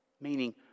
meaning